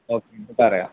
okay എന്നുപറയാം